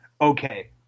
Okay